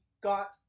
got